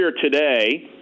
today